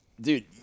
Dude